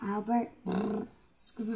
Albert